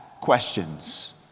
questions